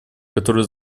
которые